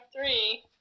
three